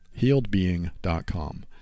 HealedBeing.com